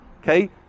Okay